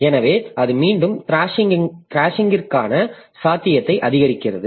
எனவே அது மீண்டும் த்ராஷிங்ற்கான சாத்தியத்தை அதிகரிக்கிறது